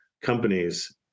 companies